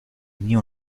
nie